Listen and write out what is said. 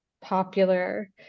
popular